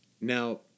Now